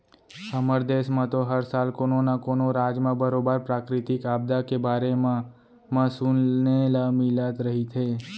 हमर देस म तो हर साल कोनो न कोनो राज म बरोबर प्राकृतिक आपदा के बारे म म सुने ल मिलत रहिथे